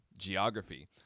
geography